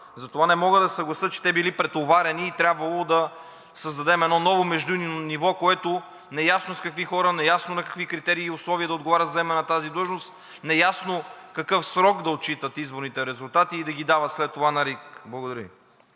Затова не мога да се съглася, че те били претоварени и трябвало да създадем едно ново междинно ниво – неясно с какви хора, неясно на какви критерии и условия да отговарят за заемане на тази длъжност, неясно в какъв срок да отчитат изборните резултати и да ги дават след това на РИК. Благодаря Ви.